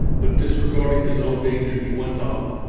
but disregarding his own danger he went on,